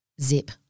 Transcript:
Zip